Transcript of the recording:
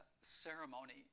ceremony